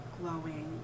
Glowing